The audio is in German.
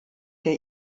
der